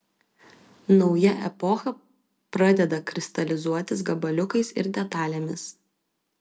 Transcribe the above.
nauja epocha pradeda kristalizuotis gabaliukais ir detalėmis